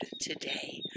today